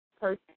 person